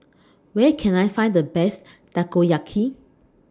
Where Can I Find The Best Takoyaki